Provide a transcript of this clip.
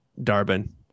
darbin